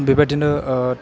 बेबादिनो